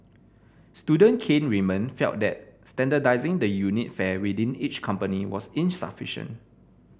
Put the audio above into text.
student Kane Raymond felt that standardising the unit fare within each company was insufficient